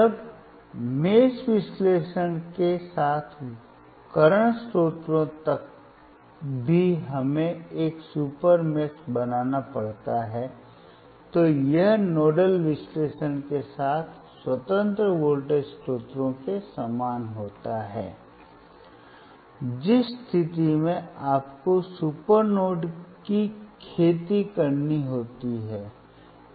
जब मेष विश्लेषण के साथ वर्तमान स्रोतों तक भी हमें एक सुपर मेष बनाना पड़ता है और यह नोडल विश्लेषण के साथ स्वतंत्र वोल्टेज स्रोतों के समान होता है जिस स्थिति में आपको सुपर नोड की खेती करनी होती है